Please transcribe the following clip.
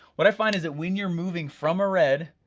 what i find is that when you're moving from a red,